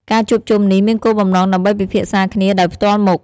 ការជួបជុំនេះមានគោលបំណងដើម្បីពិភាក្សាគ្នាដោយផ្ទាល់មុខ។